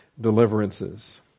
deliverances